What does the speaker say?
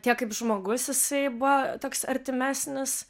tiek kaip žmogus jisai buvo toks artimesnis